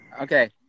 Okay